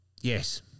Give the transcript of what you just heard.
Yes